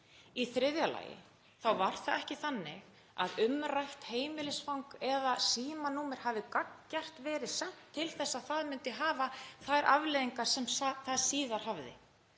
Í þriðja lagi var það ekki þannig að umrætt heimilisfang eða símanúmer hafi gagngert verið sent til þess að það myndi hafa þær afleiðingar sem það síðar hafði.